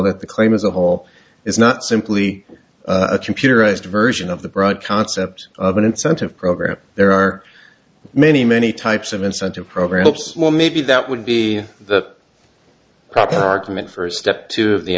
that the claim as a whole is not simply a computerized version of the broad concept of an incentive program there are many many types of incentive program hopes well maybe that would be the proper argument first step two